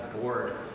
bored